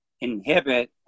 inhibit